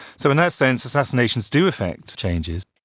so in that sense assassinations do affect changes.